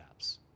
apps